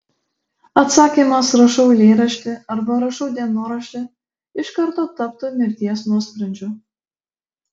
atsakymas rašau eilėraštį arba rašau dienoraštį iš karto taptų mirties nuosprendžiu